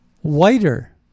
whiter